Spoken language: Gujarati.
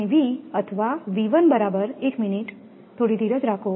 અને V અથવા બરાબર એક મિનિટ થોડી ધીરજ રાખો